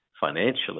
financially